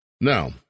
Now